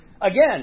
Again